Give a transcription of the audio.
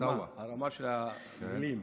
הרמה של המילים.